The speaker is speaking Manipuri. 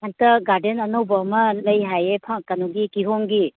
ꯍꯟꯇꯛ ꯒꯥꯔꯗꯦꯟ ꯑꯅꯧꯕ ꯑꯃ ꯂꯩ ꯍꯥꯏꯌꯦ ꯀꯩꯅꯣꯒꯤ ꯀꯤꯍꯣꯝꯒꯤ